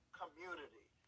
community